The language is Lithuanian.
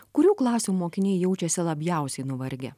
kurių klasių mokiniai jaučiasi labiausiai nuvargę